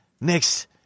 next